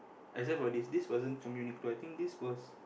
except for this this wasn't from Uniqlo I think this was